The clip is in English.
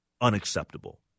Unacceptable